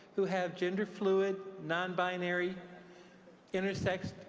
who have gender fluid, nonbinary intersex.